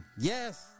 Yes